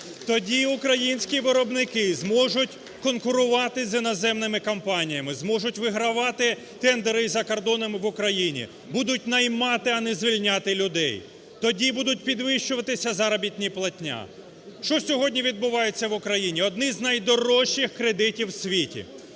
Тоді українські виробники зможуть конкурувати з іноземними компаніями, зможуть вигравати тендери і за кордоном, і в Україні, будуть наймати, а не звільняти людей. Тоді буде підвищуватися заробітна платня. Що сьогодні відбувається в Україні? Одні з найдорожчі кредити у світі.